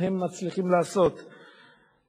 בכמה הצעות בשם